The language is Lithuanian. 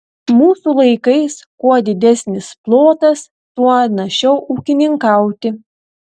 mūsų laikais kuo didesnis plotas tuo našiau ūkininkauti